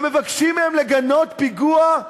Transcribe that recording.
כשמבקשים מהם לגנות פיגוע,